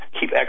Keep